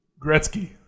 Gretzky